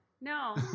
No